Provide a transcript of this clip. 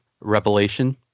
revelation